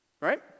right